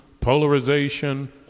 polarization